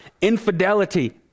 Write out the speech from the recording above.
infidelity